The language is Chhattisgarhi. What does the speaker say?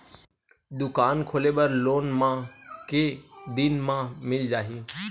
दुकान खोले बर लोन मा के दिन मा मिल जाही?